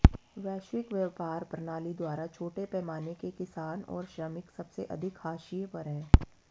वैश्विक व्यापार प्रणाली द्वारा छोटे पैमाने के किसान और श्रमिक सबसे अधिक हाशिए पर हैं